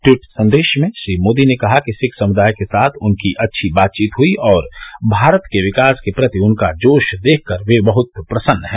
tweet संदेश में श्री मोदी ने कहा कि सिख समुदाय के साथ उनकी अच्छी बातचीत हुई और भारत के विकास के प्रति उनका जोश देखकर वे बहुत प्रसन्न है